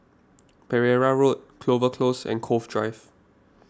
Pereira Road Clover Close and Cove Drive